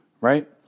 right